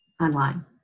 online